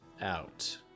out